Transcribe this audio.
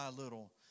little